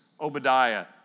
Obadiah